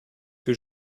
que